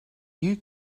you